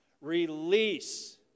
release